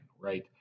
right